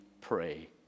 pray